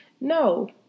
No